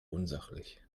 unsachlich